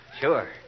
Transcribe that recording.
Sure